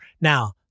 Now